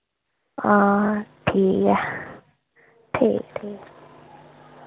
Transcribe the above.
आं ठीक ऐ ठीक ठीक